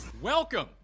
Welcome